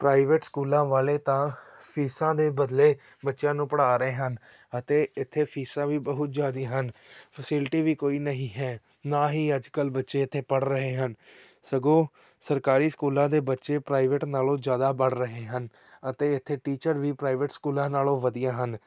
private ਸਕੂਲਾਂ ਵਾਲੇ ਤਾਂ ਫੀਸਾਂ ਦੇ ਬਦਲੇ ਬੱਚਿਆਂ ਨੂੰ ਪੜ੍ਹਾ ਰਹੇ ਹਨ ਅਤੇ ਇੱਥੇ ਫੀਸਾਂ ਵੀ ਬਹੁਤ ਜ਼ਿਆਦਾ ਹਨ ਫੈਸਿਲਿਟੀ ਵੀ ਕੋਈ ਨਹੀਂ ਹੈ ਨਾ ਹੀ ਅੱਜ ਕੱਲ੍ਹ ਬੱਚੇ ਇੱਥੇ ਪੜ੍ਹ ਰਹੇ ਹਨ ਸਗੋਂ ਸਰਕਾਰੀ ਸਕੂਲਾਂ ਦੇ ਬੱਚੇ ਪ੍ਰਾਈਵੇਟ ਨਾਲੋਂ ਜ਼ਿਆਦਾ ਪੜ੍ਹ ਰਹੇ ਹਨ ਅਤੇ ਇੱਥੇ ਟੀਚਰ ਵੀ ਪ੍ਰਾਈਵੇਟ ਸਕੂਲਾਂ ਨਾਲੋਂ ਵਧੀਆ ਹਨ